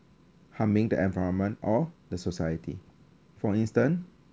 harming the environment or the society for instance